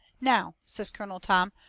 now, says colonel tom,